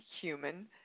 human